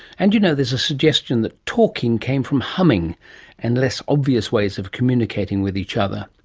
and you know there's a suggestion that talking came from humming and less obvious ways of communicating with each other,